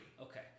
Okay